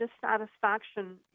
dissatisfaction